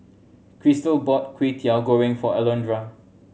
Crystal bought Kwetiau Goreng for Alondra